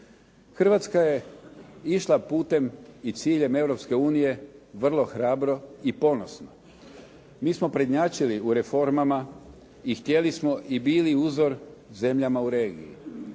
Hrvatska je išla putem i ciljem Europske unije vrlo hrabro i ponosno. Mi smo prednjačili u reformama i htjeli smo i bili uzor zemljama u regiji.